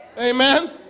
Amen